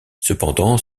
cependant